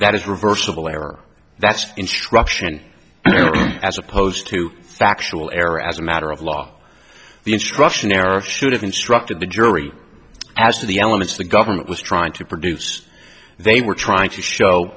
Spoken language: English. that is reversible error that's instruction as opposed to factual error as a matter of law the instruction error should have instructed the jury as to the elements the government was trying to produce they were trying to show